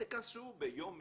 תיכנסו ביום מסוים,